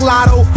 Lotto